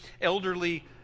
elderly